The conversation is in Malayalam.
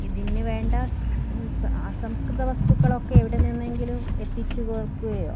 ഇതിനുവേണ്ട സം അ അസംസ്കൃതവസ്തുക്കൾ ഒക്കെ എവിടെ നിന്നെങ്കിലും എത്തിച്ചു കൊടുക്കുകയോ